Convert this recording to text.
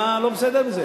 מה לא בסדר בזה?